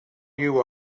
you